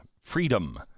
freedom